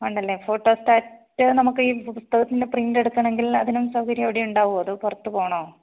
ഉണ്ടല്ലേ ഫോട്ടോസ്റ്റാറ്റ് നമുക്ക് ഈ പുസ്തകത്തിന്റെ പ്രിന്റെടുക്കണമെങ്കിൽ അതിനും സൗകര്യം അവിടുണ്ടാകുമോ അതോ പുറത്ത് പോകണോ